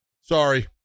sorry